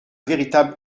véritable